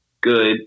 good